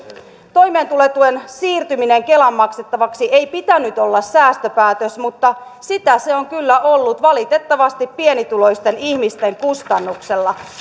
toimeentulotuen siirtymisen kelan maksettavaksi ei pitänyt olla säästöpäätös mutta sitä se on kyllä ollut valitettavasti pienituloisten ihmisten kustannuksella